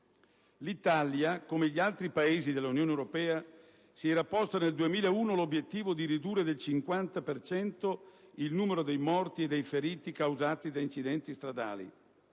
L'Italia, come gli altri Paesi dell'Unione europea, si era posta nel 2001 l'obiettivo di ridurre del 50 per cento il numero dei morti e dei feriti causati da incidenti stradali